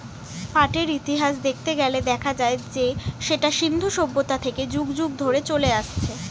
পাটের ইতিহাস দেখতে গেলে দেখা যায় যে সেটা সিন্ধু সভ্যতা থেকে যুগ যুগ ধরে চলে আসছে